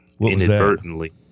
inadvertently